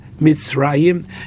Mitzrayim